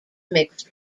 mixed